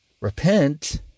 repent